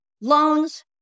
loans